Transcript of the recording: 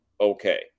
okay